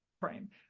frame